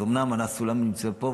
אז אומנם הסולם נמצא פה,